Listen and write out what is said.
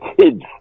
kids